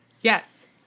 Yes